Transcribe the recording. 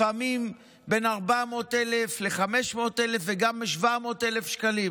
לפעמים בין 400,000 ל-500,000 וגם 700,000 שקלים